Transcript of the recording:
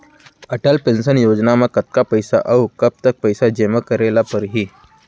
Atal pension Yojana म कतका पइसा, अऊ कब तक पइसा जेमा करे ल परही?